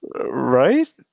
right